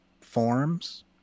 forms